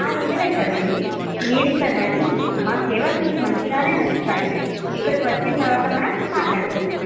ఆరొందలు అవుతుందండి మీరు ఇక్కడికి రండి మా సేవలు మీకు మంచిగానే నచ్చుతాయి ఇక్కడికి వచ్చిన తర్వాత మనం మాట్లాడుకుందాం